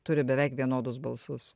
turi beveik vienodus balsus